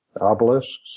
obelisks